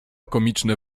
komiczne